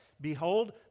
Behold